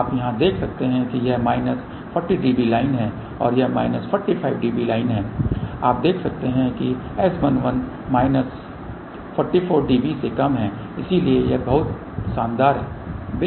आप यहां देख सकते हैं कि यह माइनस 40 dB लाइन है एक और माइनस 45 dB है आप देख सकते हैं कि S11 माइनस 44 dB से कम है इसलिए यह बिल्कुल शानदार है